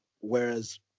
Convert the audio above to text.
whereas